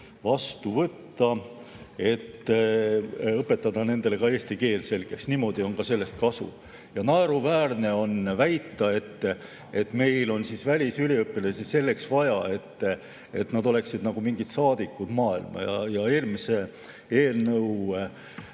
vastu võtta, et õpetada nendele eesti keel selgeks. Niimoodi on sellest ka kasu. Naeruväärne on väita, et meil on välisüliõpilasi selleks vaja, et nad oleksid nagu mingid saadikud maailmas. Eelmise eelnõu